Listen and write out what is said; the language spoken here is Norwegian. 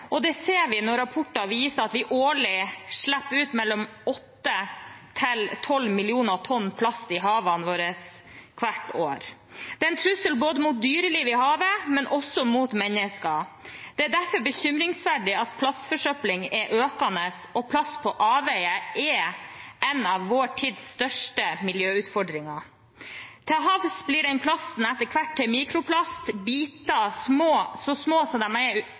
Det ser vi når rapporter viser at vi årlig slipper ut mellom 8 og 12 millioner tonn plast i havene våre. Det er en trussel mot dyrelivet i havet, men også mot mennesker. Det er derfor bekymringsfullt at plastforsøpling er økende, og plast på avveier er en av vår tids største miljøutfordringer. Til havs blir plasten etter hvert til mikroplast, til biter så små at de er